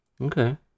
Okay